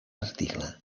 article